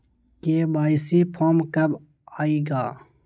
KYC form कब आए गा?